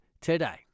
today